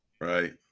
right